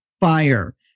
fire